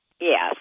Yes